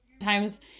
times